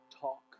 talk